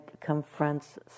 confronts